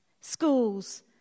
schools